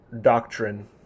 doctrine